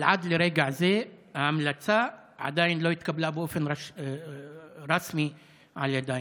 אבל עד לרגע זה ההמלצה עדיין לא התקבלה באופן רשמי על ידייך.